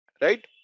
Right